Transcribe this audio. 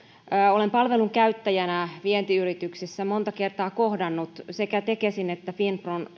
olen palvelun käyttäjänä vientiyrityksissä monta kertaa kohdannut sekä tekesin että finpron